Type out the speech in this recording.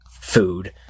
food